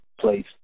place